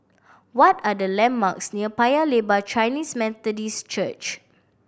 what are the landmarks near Paya Lebar Chinese Methodist Church